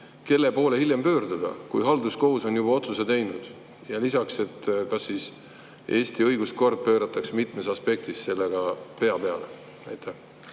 kelle poole hiljem pöörduda, kui halduskohus on juba otsuse teinud. Ja lisaks, kas siis Eesti õiguskord pööratakse mitmes aspektis sellega pea peale?